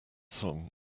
song